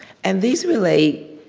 and these relate